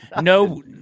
no